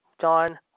John